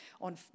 on